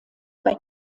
bei